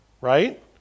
right